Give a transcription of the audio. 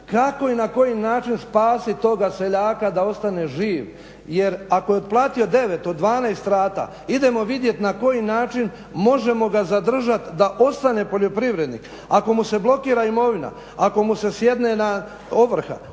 kako i na koji način spasiti toga seljaka da ostane živ jer ako je otplatio 9 od 12 rata, idemo vidjeti na koji način možemo ga zadržati da ostane poljoprivrednik. Ako mu se blokira imovina, ako mu se sjedne ovrha